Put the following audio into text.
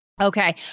Okay